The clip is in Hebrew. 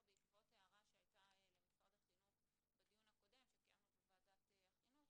בעקבות הערה שהייתה למשרד החינוך בדיון הקודם שקיימנו בוועדת החינוך,